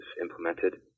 implemented